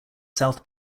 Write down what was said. south